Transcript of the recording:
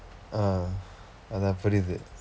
ah அதான் புரியது:athaan puriyathu